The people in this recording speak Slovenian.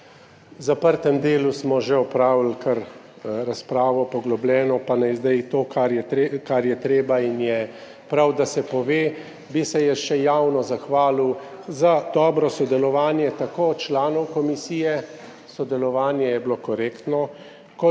V zaprtem delu smo že opravili kar poglobljeno razpravo pa naj zdaj to, kar je treba in je prav, da se pove, bi se jaz še javno zahvalil za dobro sodelovanje tako članov komisije, sodelovanje je bilo korektno, kot